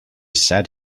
said